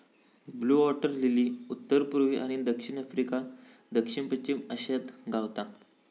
blue water lily उत्तर पुर्वी आणि दक्षिण आफ्रिका, दक्षिण पश्चिम आशियात गावता